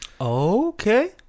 Okay